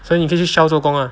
你可以去 Shell 做工 lah